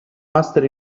master